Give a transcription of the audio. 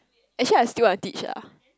actually I still want to teach lah